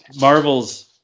Marvel's